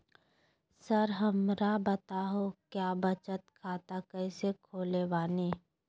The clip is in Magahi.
सर हमरा बताओ क्या बचत खाता कैसे खोले बानी?